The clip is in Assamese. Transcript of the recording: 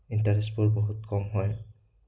ইণ্টাৰেষ্টবোৰ বহুত কম হয়